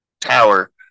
tower